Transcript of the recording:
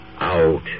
Out